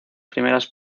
primeras